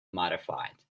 modified